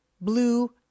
blue